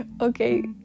Okay